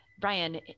Brian